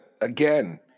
Again